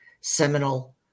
seminal